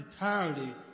entirely